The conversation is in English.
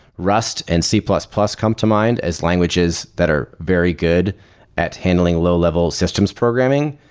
rust and c plus plus come to mind as languages that are very good at handling low-level systems programming.